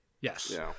Yes